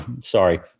Sorry